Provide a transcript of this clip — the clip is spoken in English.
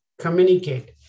communicate